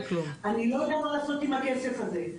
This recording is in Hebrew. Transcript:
אני לא אדע מה לעשות עם הכסף הזה.